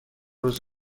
روز